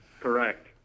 correct